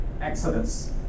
Exodus